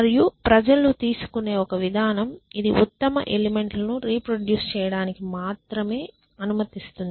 మరియు ప్రజలు తీసుకునే ఒక విధానం ఇది ఉత్తమ ఎలిమెంట్ లను రీప్రొడ్యూస్ చేయడానికి మాత్రమే అనుమతిస్తుంది